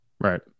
Right